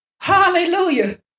Hallelujah